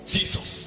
Jesus